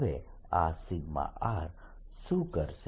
હવે આ r શું કરશે